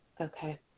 Okay